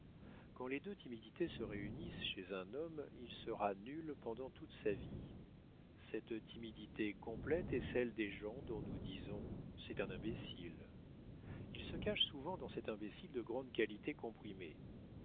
quand les deux timidités se réunissent chez un homme il sera nul pendant toute sa vie cette timidité complète est celle des gens dont nous disons c'est un imbécile il se cache souvent dans cet imbécile de grandes qualités comprimées